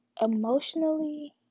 emotionally